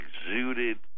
exuded